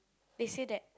they say that